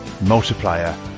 Multiplier